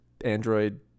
android